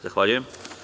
Zahvaljujem.